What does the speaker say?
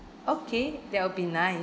okay that will be nice